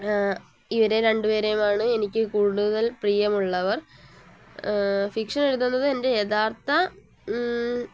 ഇവരെ രണ്ടുപേരെയുമാണ് എനിക്ക് കൂടുതൽ പ്രിയമുള്ളവർ ഫിക്ഷൻ എഴുതുന്നത് എൻ്റെ യഥാർഥ